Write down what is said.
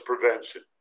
prevention